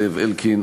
זאב אלקין,